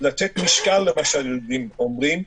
לתת משקל למה שהילדים אומרים,